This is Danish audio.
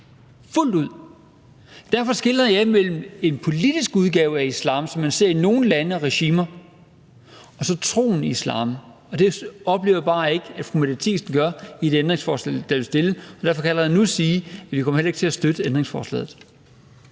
Derfor skelner jeg mellem en politisk udgave af islam, som man ser i nogle lande og regimer, og troen islam. Det oplever jeg bare ikke at fru Mette Thiesen gør i det ændringsforslag, der vil blive stillet, og derfor kan jeg allerede nu sige, at vi heller ikke kommer til at støtte ændringsforslaget.